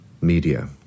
media